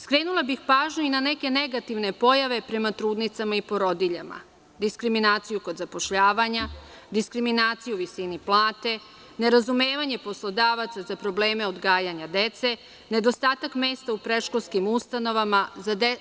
Skrenula bih pažnju i na neke negativne pojave prema trudnicama i porodiljama: diskriminaciju kod zapošljavanja, diskriminaciju u visini plate, nerazumevanje poslodavaca za probleme odgajanja dece, nedostatak mesta u predškolskim ustanovama,